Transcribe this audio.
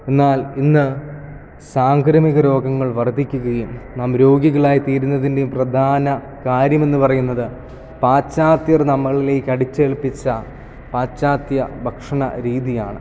എന്നാൽ ഇന്ന് സാംക്രമിക രോഗങ്ങൾ വർദ്ധിക്കുകയും നാം രോഗികളായി തീരുന്നത്തിൻ്റെ പ്രധാന കാര്യം എന്ന് പറയുന്നത് പാശ്ചാത്യർ നമ്മളിലേക്ക് അടിച്ചേൽപ്പിച്ച പാശ്ചാത്യ ഭക്ഷണ രീതിയാണ്